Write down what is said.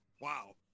Wow